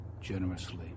generously